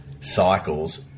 cycles